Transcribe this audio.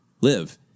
live